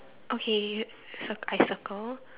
okay cir~ I circle